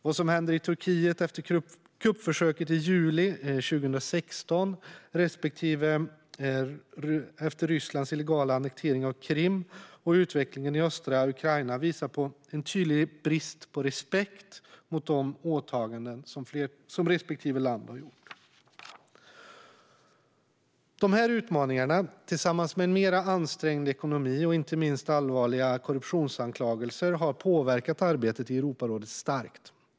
Vad som händer i Turkiet efter kuppförsöket i juli 2016 respektive efter Rysslands illegala annektering av Krim och utvecklingen i östra Ukraina visar på en tydlig brist på respekt mot de åtaganden respektive land har gjort. De här utmaningarna tillsammans med en mer ansträngd ekonomi och inte minst allvarliga korruptionsanklagelser har påverkat arbetet i Europarådet starkt.